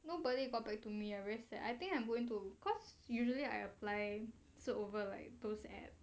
nobody you got back to me I very sad I think I'm going to cause usually I apply so over like those apps